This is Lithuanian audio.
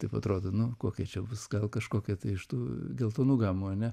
taip atrodo nu kokia čia bus gal kažkokia iš tų geltonų gamų ane